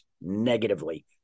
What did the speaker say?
negatively